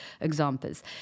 examples